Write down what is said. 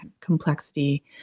complexity